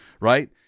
right